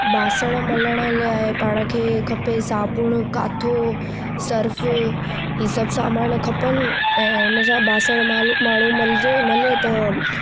बासण मलण लाइ पाण खे खपे साबुण काथो सर्फु ई सभु सामानु खपनि ऐं हुन सां बासण मालू माण्हू मलजे मले त